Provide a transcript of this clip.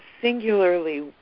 singularly